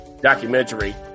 documentary